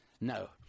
No